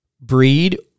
breed